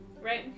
Right